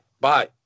Bye